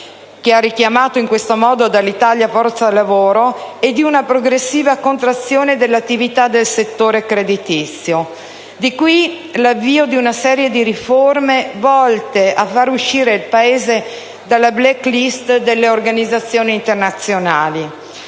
che ha richiamato dall'Italia forza lavoro, con una progressiva contrazione dell'attività del settore creditizio. Di qui l'avvio di una serie di riforme volte a far uscire il Paese dalla *black list* delle organizzazioni internazionali.